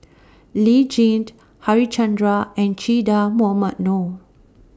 Lee Tjin Harichandra and Che Dah Mohamed Noor